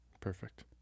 Perfect